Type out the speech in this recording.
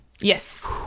Yes